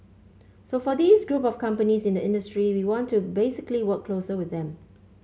so for these group of companies in the industry we want to basically work closer with them